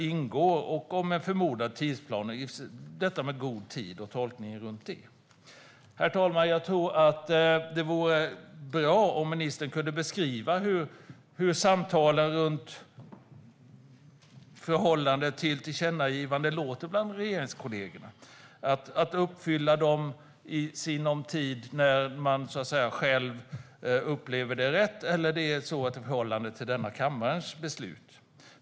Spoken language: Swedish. En förmodad tidsplan finns också med, det vill säga detta med begreppet "i god tid" och tolkningen av det. Herr talman! Jag tror att det vore bra om ministern kunde beskriva hur samtalen om tillkännagivanden låter mellan regeringskollegorna - om det handlar om att uppfylla dem i sinom tid, när man själv upplever det rätt eller om det är i förhållande till den här kammarens beslut.